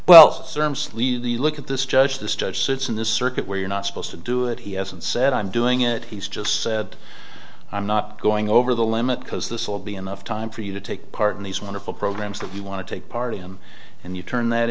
the look at this judge this judge sits in this circuit where you're not supposed to do it he hasn't said i'm doing it he's just said i'm not going over the limit because this will be enough time for you to take part in these wonderful programs that you want to take part him and you turned that